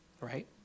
right